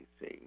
see